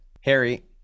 Harry